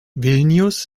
vilnius